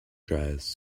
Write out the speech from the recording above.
dries